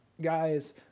Guys